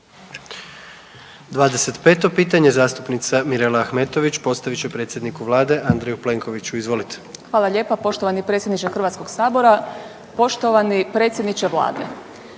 25 pitanje zastupnica Mirela Ahmetović postavit će predsjedniku Vlade Andreju Plenkoviću. Izvolite. **Ahmetović, Mirela (SDP)** Hvala lijepa. Poštovani predsjedniče Hrvatskog sabora, poštovani predsjedniče Vlade.